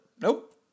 nope